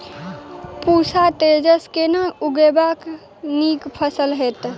पूसा तेजस केना उगैबे की नीक फसल हेतइ?